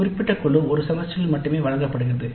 ஒரு குறிப்பிட்ட குழு ஒரு செமஸ்டரில் மட்டுமே வழங்கப்படுகிறது